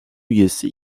üyesi